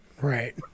Right